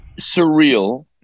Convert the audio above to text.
surreal